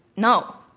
no.